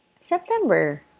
September